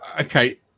okay